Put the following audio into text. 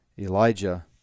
Elijah